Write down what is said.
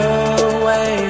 away